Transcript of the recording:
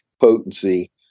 potency